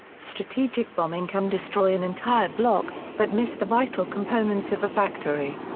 strategic bombing can destroy an entire block, but miss the vital components of a factory.